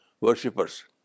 worshippers